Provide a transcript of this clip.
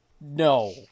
No